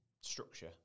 structure